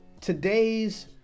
today's